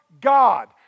God